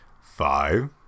Five